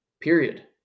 Period